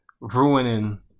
ruining